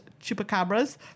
chupacabras